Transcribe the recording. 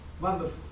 wonderful